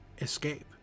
escape